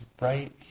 right